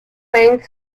wayne